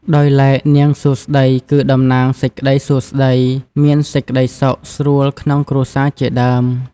ដោយឡែកនាងសួស្តី គឺតំណាងសេចក្តីសួស្តី មានសេចក្តីសុខស្រួលក្នុងគ្រួសារជាដើម ។